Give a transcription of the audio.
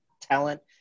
talent